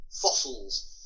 fossils